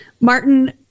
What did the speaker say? Martin